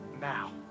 now